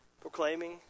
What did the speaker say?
proclaiming